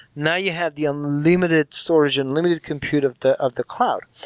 now, you have the unlimited storage, unlimited compute of the of the cloud,